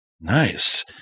nice